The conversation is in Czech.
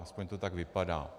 Alespoň to tak vypadá.